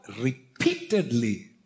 repeatedly